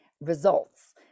results